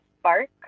spark